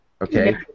okay